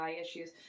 issues